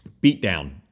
beatdown